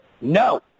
No